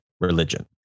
religion